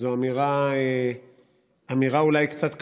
זו אולי אמירה קצת קשה,